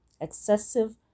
excessive